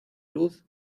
luz